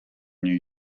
new